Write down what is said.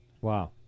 Wow